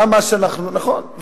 נכון.